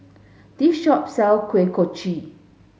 this shop sell Kuih Kochi